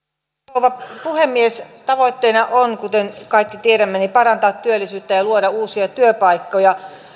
rouva puhemies tavoitteena on kuten kaikki tiedämme parantaa työllisyyttä ja luoda uusia työpaikkoja